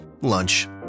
lunch